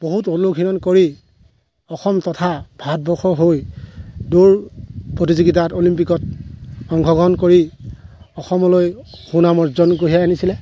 বহুত অনুশীলন কৰি অসম তথা ভাৰতবৰ্ষৰ হৈ দৌৰ প্ৰতিযোগিতাত অলিম্পিকত অংশগ্ৰহণ কৰি অসমলৈ সুনাম অৰ্জন কঢ়িয়াই আনিছিলে